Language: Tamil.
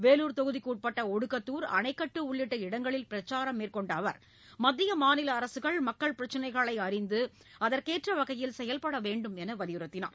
வேலூர் தொகுதிக்குட்பட்ட ஒடுக்கத்தூர் அணைக்கட்டு உள்ளிட்ட இடங்களில் பிரச்சாரம் மேற்கொண்ட அவர் மத்திய மாநில அரசுகள் மக்கள் பிரச்சிளைகளை அறிந்து அதற்கேற்ற வகையில் செயல்பட வேண்டும் என்று வலியுறுத்தினார்